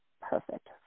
perfect